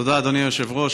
תודה, אדוני היושב-ראש.